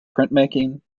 printmaking